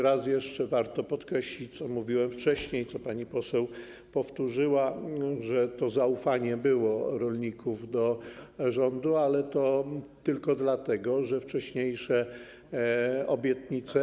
Raz jeszcze warto podkreślić to, co mówiłem wcześniej, co pani poseł powtórzyła: zaufanie rolników do rządu było, ale tylko dlatego, że wcześniejsze obietnice.